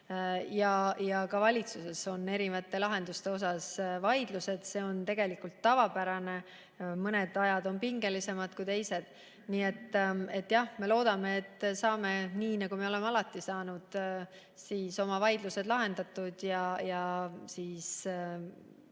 ja ka valitsuses on lahenduste üle vaidlused. See on tegelikult tavapärane, mõned ajad ongi pingelisemad kui teised. Nii et jah, me loodame, et saame, nii nagu oleme alati saanud, vaidlused lahendatud ja pinged